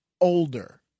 older